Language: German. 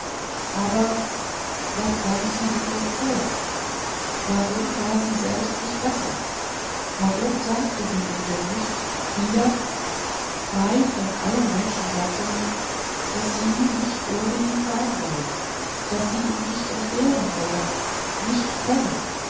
aber was warf sie ihm denn vor warum war sie selbst nicht besser warum sagte sie ihm denn nicht hier frei von allen menschensatzungen daß sie nicht ohne ihn sein wolle daß sie ihn nicht entbehren wolle nicht könne